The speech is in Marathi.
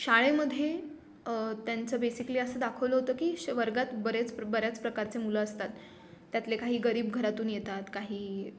शाळेमध्ये त्यांचं बेसिकली असं दाखवलं होतं की श वर्गात बरेच बऱ्याच प्रकारचे मुलं असतात त्यातले काही गरीब घरातून येतात काही